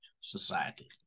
society